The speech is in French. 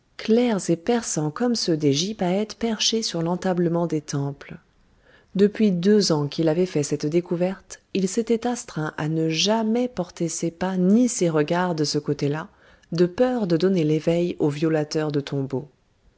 clairs et perçants comme ceux des gypaètes perchés sur l'entablement des temples depuis deux ans qu'il avait fait cette découverte il s'était astreint à ne jamais porter ses pas ni ses regards de ce côté-là de peur de donner l'éveil aux violateurs de tombeaux